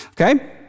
Okay